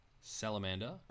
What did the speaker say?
Salamander